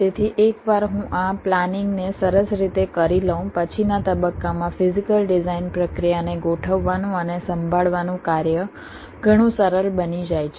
તેથી એકવાર હું આ પ્લાનિંગને સરસ રીતે કરી લઉં પછીના તબક્કામાં ફિઝીકલ ડિઝાઇન પ્રક્રિયાને ગોઠવવાનું અને સંભાળવાનું કાર્ય ઘણું સરળ બની જાય છે